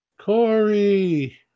Corey